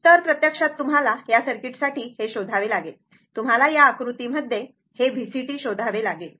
तर प्रत्यक्षात तुम्हाला या सर्किटसाठी शोधावे लागेल तुम्हाला या आकृतीमध्ये हे VCt शोधावे लागेल